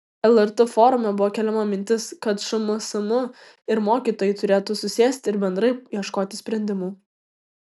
lrt forume buvo keliama mintis kad šmsm ir mokytojai turėtų susėsti ir bendrai ieškoti sprendimų